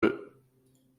nan